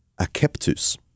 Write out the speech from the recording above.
Akeptus